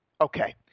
Okay